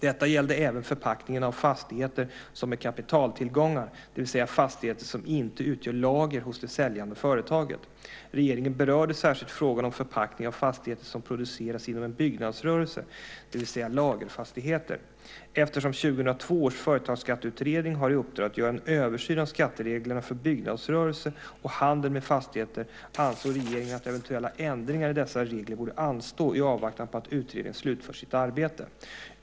Detta gällde även förpackning av fastigheter som är kapitaltillgångar, det vill säga fastigheter som inte utgör lager hos det säljande företaget. Regeringen berörde särskilt frågan om förpackning av fastigheter som producerats inom en byggnadsrörelse, det vill säga lagerfastigheter. Eftersom 2002 års företagsskatteutredning har i uppdrag att göra en översyn av skattereglerna för byggnadsrörelse och handel med fastigheter ansåg regeringen att eventuella ändringar i dessa regler borde anstå i avvaktan på att utredningen slutfört sitt arbete.